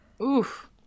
Oof